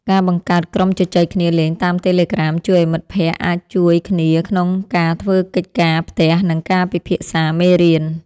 ការបង្កើតក្រុមជជែកគ្នាលេងតាមតេឡេក្រាមជួយឱ្យមិត្តភក្តិអាចជួយគ្នាក្នុងការធ្វើកិច្ចការផ្ទះនិងការពិភាក្សាមេរៀន។